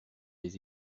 des